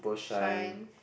shine